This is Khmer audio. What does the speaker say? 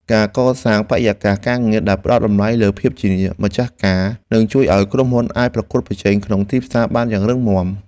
ការកសាងបរិយាកាសការងារដែលផ្តល់តម្លៃលើភាពជាម្ចាស់ការនឹងជួយឱ្យក្រុមហ៊ុនអាចប្រកួតប្រជែងក្នុងទីផ្សារបានយ៉ាងរឹងមាំ។